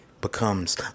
Becomes